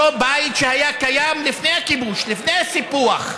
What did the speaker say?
אותו בית שהיה קיים לפני הכיבוש, לפני הסיפוח.